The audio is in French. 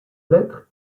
lettres